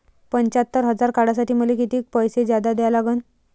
पंच्यात्तर हजार काढासाठी मले कितीक पैसे जादा द्या लागन?